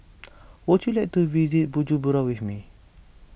would you like to visit Bujumbura with me